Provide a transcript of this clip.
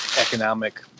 economic